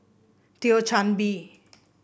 Thio Chan Bee